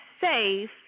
safe